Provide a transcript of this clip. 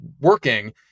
working